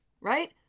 Right